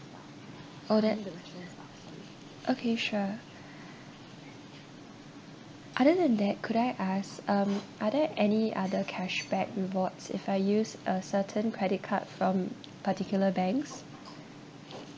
oh that okay sure other than that could I ask um are there any other cashback rewards if I use a certain credit card from particular banks